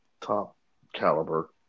top-caliber